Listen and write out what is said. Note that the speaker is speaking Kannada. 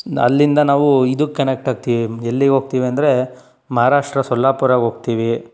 ಅಲ್ಲಿಂದ ನಾವು ಇದಕ್ಕೆ ಕನೆಕ್ಟ್ ಆಗ್ತಿವಿ ಎಲ್ಲಿಗೆ ಹೋಗ್ತೀವಿ ಅಂದರೆ ಮಹಾರಾಷ್ಟ್ರ ಸೊಲ್ಲಾಪುರ ಹೋಗ್ತೀವಿ